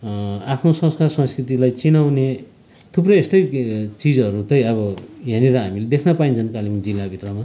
अफ्नो संस्कार संस्कृतिलाई चिनाउने थुप्रै यस्तै चिजहरू चाहिँ अब यहाँनिर हामीले देख्न पाइन्छन् कालिम्पोङ जिल्लाभित्रमा